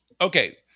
okay